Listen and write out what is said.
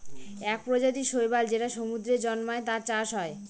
এক প্রজাতির শৈবাল যেটা সমুদ্রে জন্মায়, তার চাষ হয়